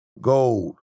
gold